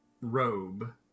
robe